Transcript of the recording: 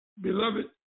beloved